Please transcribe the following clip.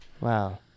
Wow